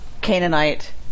Canaanite